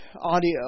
audio